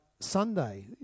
Sunday